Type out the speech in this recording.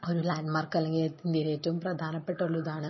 ഒരു ലാൻഡ് മാർക്കല്ലെങ്കിൽ ഇന്ത്യയിലെ ഏറ്റവും പ്രധാനപ്പെട്ടുള്ള ഇതാണ്